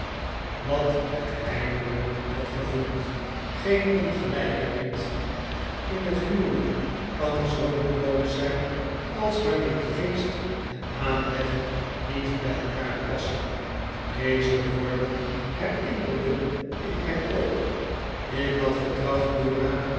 wat het heimelijk had gevoeld geen ongelijkheid in het huwelijk kan zoo groot zijn als wanneer geest en aanleg niet bij elkaar passen deze woorden herinnerde ik mij ook ik had getracht dora